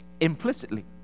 implicitly